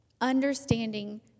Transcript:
Understanding